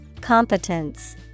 Competence